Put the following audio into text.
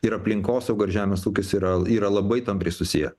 ir aplinkosauga ir žemės ūkis yra l yra labai tampriai susiję